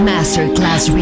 Masterclass